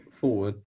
forward